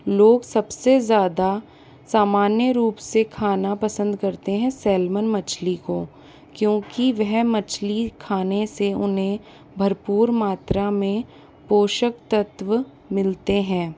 लोग सबसे ज़्यादा सामान्य रूप से खाना पसंद करते है सेलमन मछली को क्योंकि वह मछली खाने से उन्हें भरपूर मात्रा में पोशक तत्व मिलते हैं